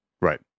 Right